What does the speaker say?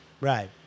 right